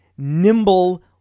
Nimble